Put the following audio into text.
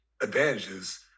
advantages